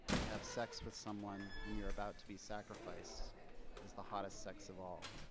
to have sex with someone when you're about to be sacrificed is the hottest sex of all.